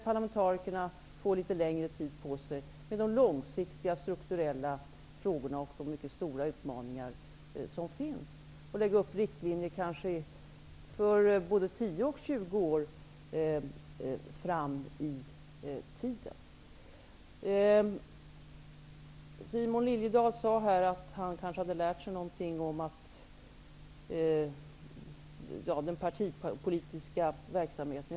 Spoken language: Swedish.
Parlamentarikerna får litet längre tid på sig med de långsiktiga, strukturella frågorna och med de mycket stora utmaningar som det innebär att lägga upp riktlinjer för kanske både 10 och 20 år fram i tiden. Simon Liliedahl sade att han kanske hade lärt sig något om den partipolitiska verksamheten.